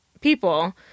people